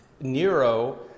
Nero